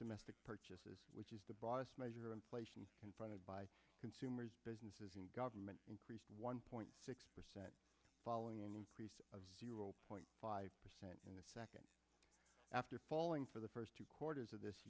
domestic purchases which is the broadest measure inflation confronted by consumers businesses in government increased one point six percent following an increase of zero point five percent in the second after falling for the first two quarters of this